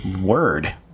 Word